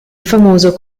famoso